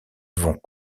vont